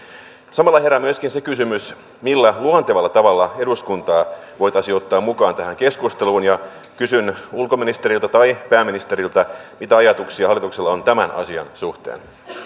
samalla herää myöskin se kysymys millä luontevalla tavalla eduskunta voitaisiin ottaa mukaan tähän keskusteluun ja kysyn ulkoministeriltä tai pääministeriltä mitä ajatuksia hallituksella on tämän asian suhteen